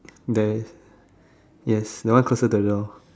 there yes that one closer to the door